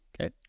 Okay